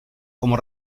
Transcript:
como